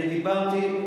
אני דיברתי,